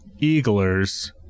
eaglers